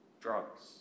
Drugs